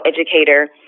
educator